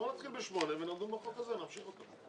בוא נתחיל בשמונה ונדון בחוק הזה, נמשיך אותו.